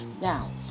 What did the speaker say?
Now